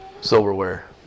silverware